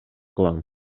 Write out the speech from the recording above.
кылам